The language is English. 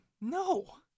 No